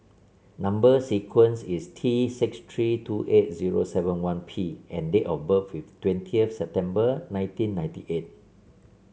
number sequence is T six three two eight zero seven one P and date of birth is twentieth September nineteen ninety eight